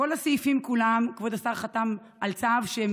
בכל הסעיפים כולם כבוד השר חתם על צו שהם